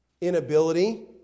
Inability